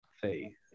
faith